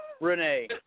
Renee